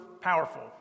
powerful